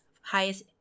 highest